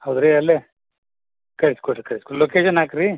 ಹೌದು ರೀ ಅಲ್ಲೇ ಕಳಿಸಿ ಕೊಡಿರಿ ಕಳಿಸಿ ಕೊಡಿರಿ ಲೊಕೇಶನ್ ಹಾಕಿ ರೀ